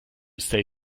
stay